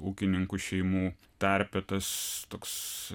ūkininkų šeimų tarpe tas toks